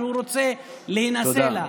שהוא רוצה להינשא לה.